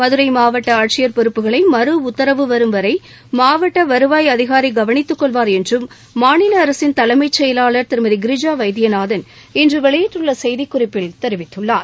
மதுரை மாவட்ட ஆட்சியர் பொறுப்புகளை மறு உத்தரவு வரும் வரை மாவட்ட வருவாய் அதிகாரி கவனித்துக் கொள்வார் என்றும் மாநில அரசின் தலைமை செயலர் திருமதி கிரிஜா வைத்தியநாதன் இன்று வெளியிட்டுள்ள செய்திக்குறிப்பில் தெரிவித்துள்ளார்